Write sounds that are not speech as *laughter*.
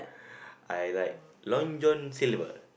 *breath* I like Long John Silver